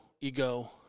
ego